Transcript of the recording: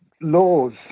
Laws